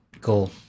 goal